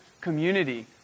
community